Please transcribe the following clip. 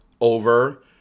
over